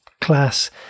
class